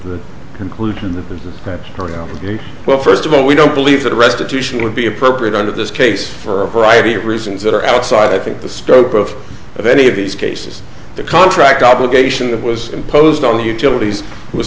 the conclusion that the french are no well first of all we don't believe that restitution would be appropriate under this case for a variety of reasons that are outside i think the scope of of any of these cases the contract obligation that was imposed on the utilities was